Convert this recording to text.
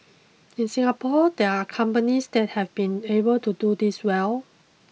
in Singapore there are companies that have been able to do this well